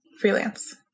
Freelance